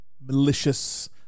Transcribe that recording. malicious